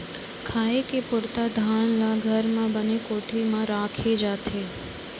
खाए के पुरता धान ल घर म बने कोठी म राखे जाथे